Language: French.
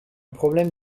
problème